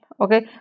okay